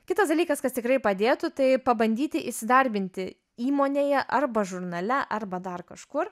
kitas dalykas kas tikrai padėtų tai pabandyti įsidarbinti įmonėje arba žurnale arba dar kažkur